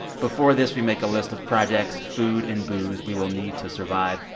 before this, we make a list of projects, food and booze we will need to survive.